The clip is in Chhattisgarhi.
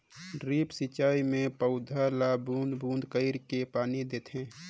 ड्रिप सिंचई मे पउधा ल बूंद बूंद कईर के पानी देथे